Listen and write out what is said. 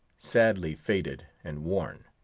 sadly faded and worn.